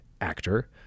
actor